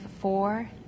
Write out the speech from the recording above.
four